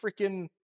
freaking